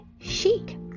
chic